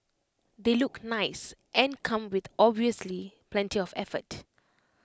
they look nice and come with obviously plenty of effort